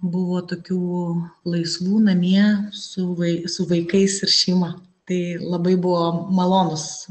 buvo tokių laisvų namie su vai su vaikais ir šeima tai labai buvo malonus